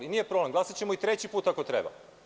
Nije problem, glasaćemo i treći put ako treba.